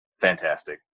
fantastic